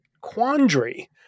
quandary